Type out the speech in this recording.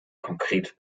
konkret